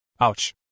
Ouch